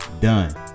done